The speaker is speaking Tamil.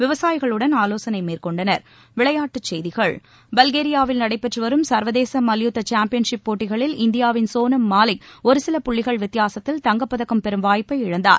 விளையாட்டுச் செய்திகள் பல்கேரியாவில் நடைபெற்றுவரும் சர்வதேச மல்யுத்த சாம்பியன்ஷிப் போட்டிகளில் இந்தியாவின் சோனம் மாலிக் ஒருசில புள்ளிகள் வித்தியாசத்தில் தங்கப்பதக்கம் பெறும் வாய்ப்பை இழந்தார்